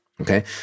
Okay